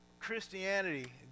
Christianity